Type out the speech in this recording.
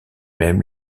mêmes